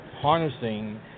harnessing